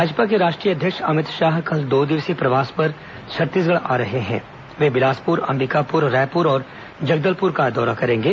भाजपा के राष्ट्रीय अध्यक्ष अमित शाह कल दो दिवसीय प्रवास पर छत्तीसगढ़ आ रहे हैं वे बिलासप्र अंबिकापुर रायपुर और जगदलपुर का दौरा करेंगे